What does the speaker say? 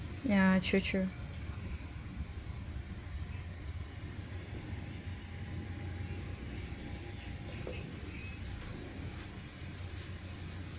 ya true true